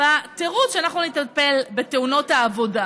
בתירוץ שאנחנו נטפל בתאונות העבודה,